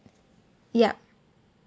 yup